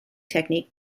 technique